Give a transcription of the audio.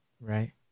right